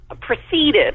proceeded